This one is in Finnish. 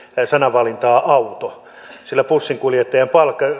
sananvalintaa auto sillä koska bussinkuljettajan